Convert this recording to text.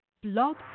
Blog